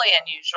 unusual